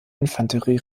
infanterie